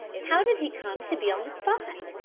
how did he come to be on the spot?